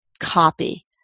copy